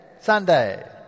Sunday